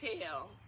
tell